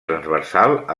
transversal